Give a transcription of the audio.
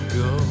go